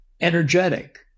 energetic